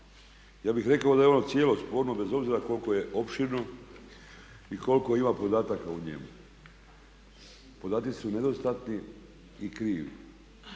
Ja bih rekao da je ono cijelo sporno bez obzira koliko je opširno i koliko ima podataka u njemu. Podaci su nedostatni i krivi